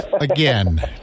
again